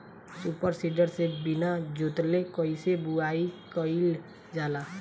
Super seeder से बीना जोतले कईसे बुआई कयिल जाला?